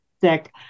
Sick